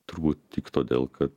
turbūt tik todėl kad